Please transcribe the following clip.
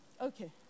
Okay